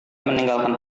meninggalkan